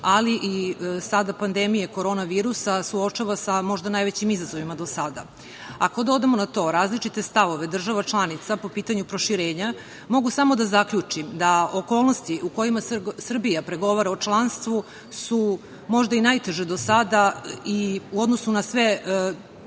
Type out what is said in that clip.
ali i sada pandemije korona virusa suočava sa možda najvećim izazovima do sada. Ako dodamo na to različite stavove država članica po pitanju proširenja, mogu samo da zaključim da okolnosti u kojima Srbija pregovara o članstvu su možda i najteže do sada u odnosu na sve